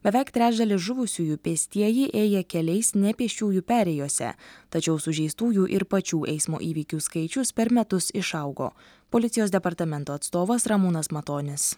beveik trečdalis žuvusiųjų pėstieji ėję keliais ne pėsčiųjų perėjose tačiau sužeistųjų ir pačių eismo įvykių skaičius per metus išaugo policijos departamento atstovas ramūnas matonis